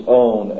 own